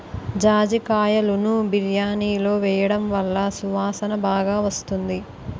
జాజికాయలును బిర్యానిలో వేయడం వలన సువాసన బాగా వస్తుంది